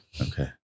okay